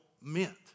meant